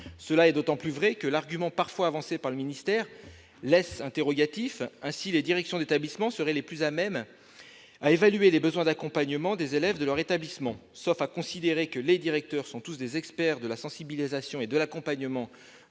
C'est d'autant plus vrai que l'argument parfois avancé par le ministère laisse dubitatif. Ainsi, les directions d'établissement seraient les plus à même d'évaluer les besoins d'accompagnement des élèves de leur établissement. Sauf à considérer que les directeurs sont tous des experts de la sensibilisation et de l'accompagnement